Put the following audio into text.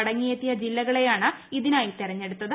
മടങ്ങിയെത്തിയ ജില്ലകളെയാണ് ഇതിനായി തെരെഞ്ഞെടുത്തത്